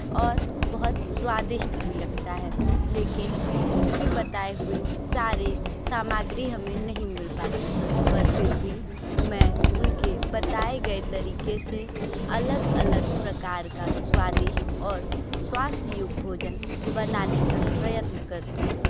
और बहुत स्वादिष्ट भी लगता है लेकिन उनकी बताए हुई सारी सामाग्री हमें नहीं मिल पाती पर फिर भी मैं उनके बताए गए तरीके से अलग अलग प्रकार का स्वादिष्ट और स्वास्थ्य योग्य भोजन बनाने का प्रयत्न करती हूँ